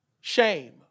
Shame